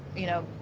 you know,